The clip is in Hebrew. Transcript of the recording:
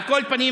על כל פנים,